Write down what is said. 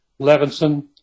Levinson